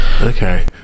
Okay